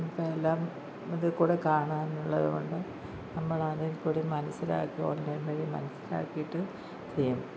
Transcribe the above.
ഇപ്പം എല്ലാം ഇതിൽ കൂടെ കാണാനുള്ളതുകൊണ്ട് നമ്മൾ അതിൽ കൂടി മനസ്സിലാക്കി ഓൺലൈൻ വഴി മനസ്സിലാക്കിയിട്ട് ചെയ്യും